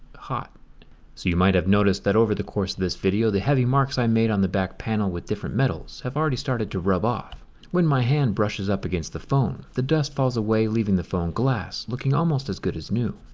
hot you might have noticed over the course of this video the heavy marks i made on the back panel with different metals have already started to rub off when my hand brushes up against the phone. the dust falls away leaving the phone glass looking almost as good as new.